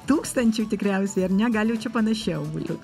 tūkstančių tikriausiai ar ne gal jau čia panašiau būtų